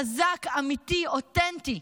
חזק, אמיתי, אותנטי.